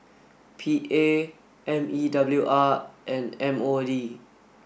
P A M E W R and M O D